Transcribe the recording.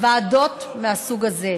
ועדות מהסוג הזה.